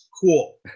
Cool